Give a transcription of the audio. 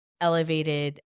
elevated